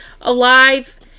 alive